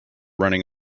running